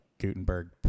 Gutenberg